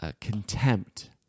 contempt